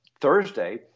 Thursday